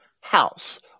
house